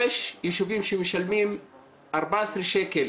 יש ישובים שמשלמים 14 שקל